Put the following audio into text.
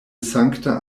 sankta